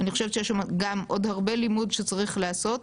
אני חושבת שיש שם גם עוד הרבה לימוד שצריך להיעשות.